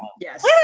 Yes